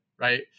right